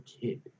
kid